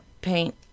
paint